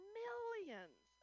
millions